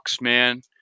man